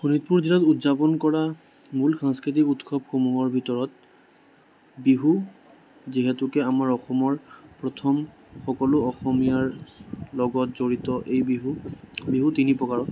শোণিতপুৰ জিলাত উদযাপন কৰা মূল সাংস্কৃতিক উৎসৱসমূহৰ ভিতৰত বিহু যিহেতুকে আমাৰ অসমৰ প্ৰথম সকলো অসমীয়াৰ লগত জড়িত এই বিহু বিহু তিনি প্ৰকাৰৰ